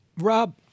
Rob